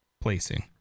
placing